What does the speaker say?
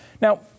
Now